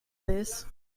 this